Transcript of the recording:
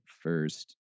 first